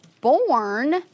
born